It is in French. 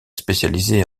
spécialisés